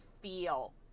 feel